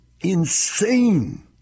insane